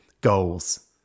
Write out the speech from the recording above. goals